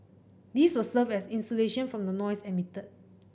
this will serve as insulation from the noise emitted